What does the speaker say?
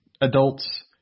adults